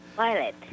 Violet